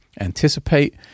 anticipate